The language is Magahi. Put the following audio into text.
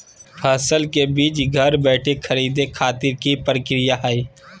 फसल के बीज घर बैठे खरीदे खातिर की प्रक्रिया हय?